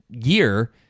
year